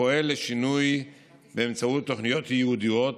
ופועל לשינוי באמצעות תוכניות ייעודיות,